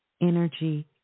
energy